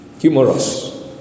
humorous